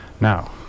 Now